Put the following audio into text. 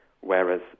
whereas